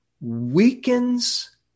weakens